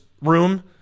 room